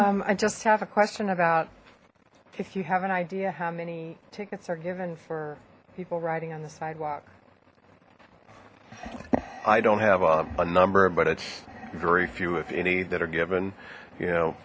one i just have a question about if you have an idea how many tickets are given for people riding on the sidewalk i don't have a number but it's very few if any that are given you know